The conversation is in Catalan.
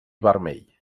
vermell